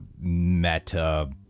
meta